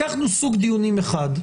לקחנו סוג דיונים אחד,